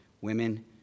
women